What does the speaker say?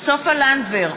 סופה לנדבר,